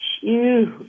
huge